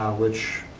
which,